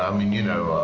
um mean, you know,